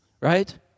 right